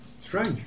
Strange